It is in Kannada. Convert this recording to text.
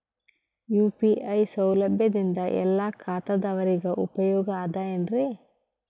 ಯು.ಪಿ.ಐ ಸೌಲಭ್ಯದಿಂದ ಎಲ್ಲಾ ಖಾತಾದಾವರಿಗ ಉಪಯೋಗ ಅದ ಏನ್ರಿ?